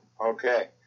Okay